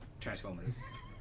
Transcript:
Transformers